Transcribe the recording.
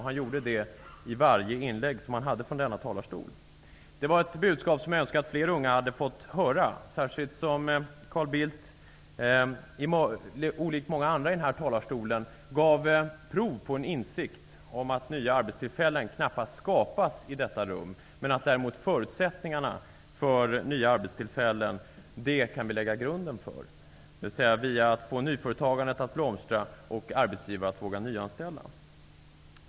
Han gjorde det i varje inlägg från denna talarstol. Det var ett budskap som jag önskar att fler unga hade fått höra. Carl Bildt gav, olikt många andra i denna talarstol, prov på en insikt om att nya arbetstillfällen knappast skapas i detta rum, men att vi däremot kan lägga grunden för nya arbetstillfällen. Det kan vi göra genom att få nyföretagandet att blomstra och arbetsgivare att våga nyanställa.